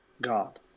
God